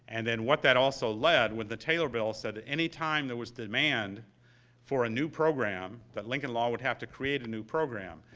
and then what that also led, when the taylor bill said any time there was demand for a new program that lincoln law would have to create a new program.